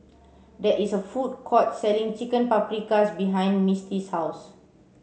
there is a food court selling Chicken Paprikas behind Misti's house